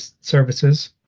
services